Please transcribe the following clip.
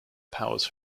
powers